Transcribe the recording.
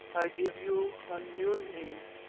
give you a new name,